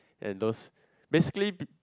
and those basically be